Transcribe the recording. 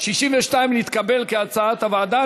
62 נתקבל, כהצעת הוועדה.